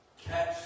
catch